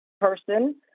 person